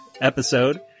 episode